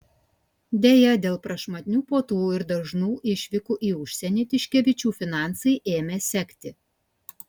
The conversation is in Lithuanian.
deja dėl prašmatnių puotų ir dažnų išvykų į užsienį tiškevičių finansai ėmė sekti